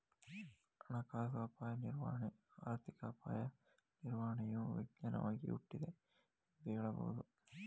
ಹಣಕಾಸು ಅಪಾಯ ನಿರ್ವಹಣೆ ಆರ್ಥಿಕ ಅಪಾಯ ನಿರ್ವಹಣೆಯು ವಿಜ್ಞಾನವಾಗಿ ಹುಟ್ಟಿದೆ ಎಂದು ಹೇಳಬಹುದು